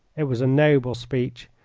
it was a noble speech,